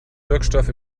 wirkstoff